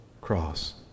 cross